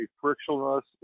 frictionless